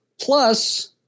plus